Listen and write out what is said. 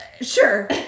sure